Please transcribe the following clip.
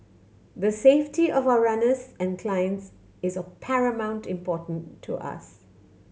the safety of our runners and clients is of paramount importance to us